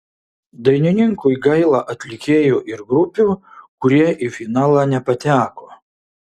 dainininkui gaila atlikėjų ir grupių kurie į finalą nepateko